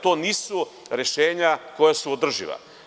To nisu rešenja koja su održiva.